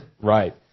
Right